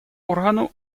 органу